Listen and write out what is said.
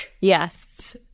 Yes